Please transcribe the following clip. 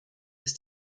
ist